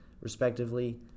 Respectively